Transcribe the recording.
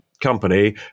company